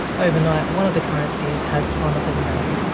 overnight, one of the currencies has plummeted in value.